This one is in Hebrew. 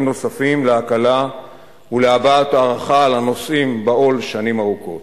נוספים להקלה ולהבעת הערכה לנושאים בעול שנים ארוכות.